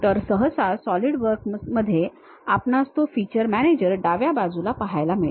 तर सहसा सॉलिडवर्कमध्ये आपणास तो feature manager डाव्या बाजूला पाहायला मिळतो